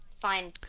fine